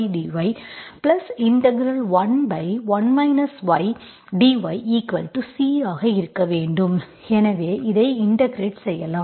log x 1ydy11 ydyC ஆக இருக்க வேண்டும் எனவே இதை இன்டெகிரெட் செய்யலாம்